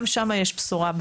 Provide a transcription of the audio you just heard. גם שם יש בשורה,